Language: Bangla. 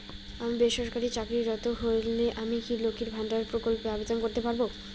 আমি বেসরকারি চাকরিরত হলে আমি কি লক্ষীর ভান্ডার প্রকল্পে আবেদন করতে পারব?